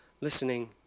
listening